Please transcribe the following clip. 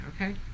Okay